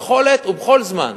בכל עת ובכל זמן.